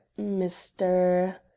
mr